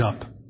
up